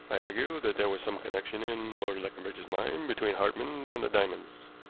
i argued, that there was some connection, in lord leconbridge's mind, between hartmann and the diamonds.